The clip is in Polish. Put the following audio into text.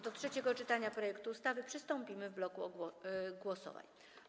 Do trzeciego czytania projektu ustawy przystąpimy w bloku głosowań.